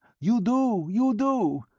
you do you do!